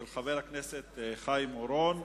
של חבר הכנסת חיים אורון.